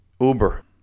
Uber